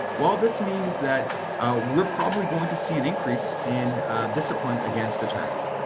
well, this means that we're probably going to see an increase in discipline against attorneys.